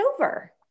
over